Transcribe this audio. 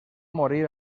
morir